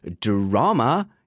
drama